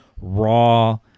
raw